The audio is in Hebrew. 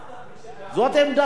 מי שבעד, זאת עמדת השר, אדוני.